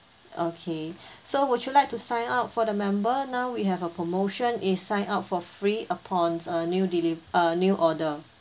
okay so would you like to sign up for the member now we have a promotion is sign up for free upon a new deli~ uh new order